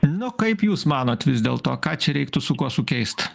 nu kaip jūs manot vis dėlto ką čia reiktų su kuo sukeist